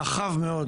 באופן רחב מאוד,